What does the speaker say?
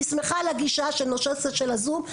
אני שמחה על הגישה בנושא הזום.